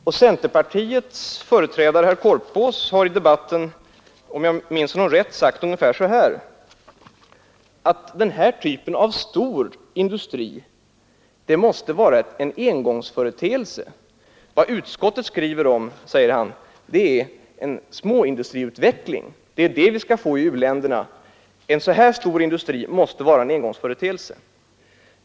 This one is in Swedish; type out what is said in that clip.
Centerpartiets företrädare herr Korpås har i debatten, om jag minns rätt, sagt ungefär att den här typen av stor industri måste vara en engångsföreteelse. Vad utskottet skriver om, säger herr Korpås, är en småindustriutveckling. Det är vad vi skall få i u-länderna, och en så här stor industri måste vara en engångsföreteelse.